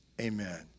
amen